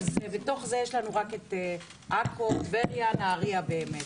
אבל בתוך זה יש לנו רק את עכו, טבריה ונהריה באמת.